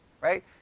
Right